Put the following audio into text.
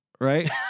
right